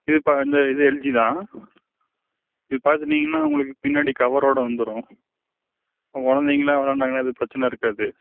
இது இப்போ இந்த இது எல்ஜி தான் இது பார்த்துட்டிங்கன்னா உங்களுக்கு பின்னாடி கவரோடு வந்துடும் இப்போ குழந்தைகள்லாம் விளையாண்டாங்கன்னா எதுவும் பிரச்சனை இருக்காது